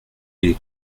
les